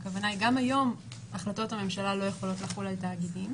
גם היום החלטות הממשלה לא יכולות לחול על תאגידים.